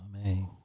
Amen